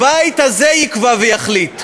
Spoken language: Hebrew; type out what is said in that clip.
הבית הזה יקבע ויחליט,